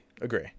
Agree